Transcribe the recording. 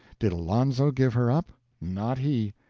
did alonzo give her up? not he.